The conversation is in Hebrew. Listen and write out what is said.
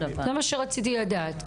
זה מה שרציתי לדעת.